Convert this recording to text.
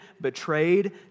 betrayed